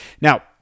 Now